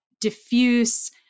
diffuse